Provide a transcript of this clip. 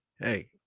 hey